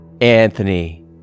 Anthony